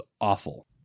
awful